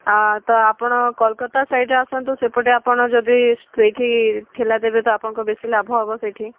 ହଁ ତ ଆପଣ କଲକତା ସାଇଡ଼୍ରେ ଆସନ୍ତୁ ସେପଟେ ଆପଣ ଯଦି ସେଇଠି ଠେଲା ଦେବେ ତ ଆପଣଙ୍କର ବେଶୀ ଲାଭ ହେବ ସେଇଠି